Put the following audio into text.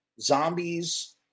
Zombies